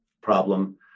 problem